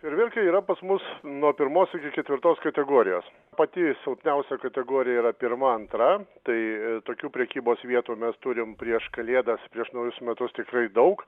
fejerverkai yra pas mus nuo pirmos iki ketvirtos kategorijos pati silpniausia kategorija yra pirma antra tai tokių prekybos vietų mes turim prieš kalėdas prieš naujus metus tikrai daug